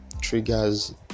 triggers